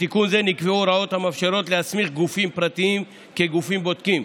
בתיקון זה נקבעו הוראות המאפשרות להסמיך גופים פרטיים כגופים בודקים,